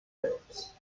terms